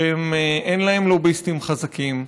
שאין להם לוביסטים חזקים.